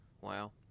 wow